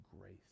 grace